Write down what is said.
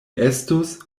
estus